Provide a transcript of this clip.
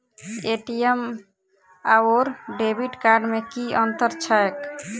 ATM आओर debit card मे की अंतर छैक?